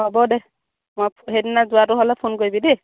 হ'ব দে মই সেইদিনা যোৱাটো হ'লে ফোন কৰিবি দেই